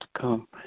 come